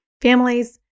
families